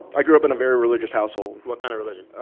i grew up in a very religious household what kind of religion?